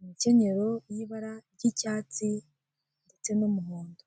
imikenyero y'ibara ry'icyatsi ndetse n'umuhondo.